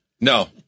No